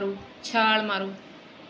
ਛਾਲ ਮਾਰੋ